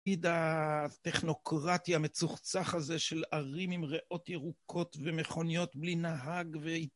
עתיד הטכנוקרטי המצוחצח הזה של ערים עם ריאות ירוקות ומכוניות בלי נהג ו..